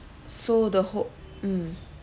so the who~ mm